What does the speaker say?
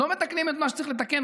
לא מתקנים את מה שצריך לתקן,